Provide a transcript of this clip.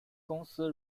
公司